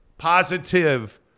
Positive